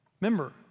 member